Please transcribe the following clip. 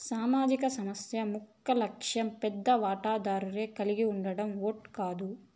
సామాజిక సంస్థ ముఖ్యలక్ష్యం పెద్ద వాటాదారులే కలిగుండడం ఓట్ కాదు